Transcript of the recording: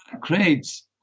creates